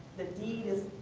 deed is,